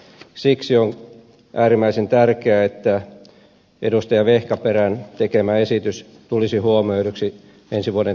siksi on äärimmäisen tärkeää että edustaja vehkaperän tekemä esitys tulisi huomioiduksi ensi vuoden talousarviossa